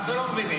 אנחנו לא מבינים,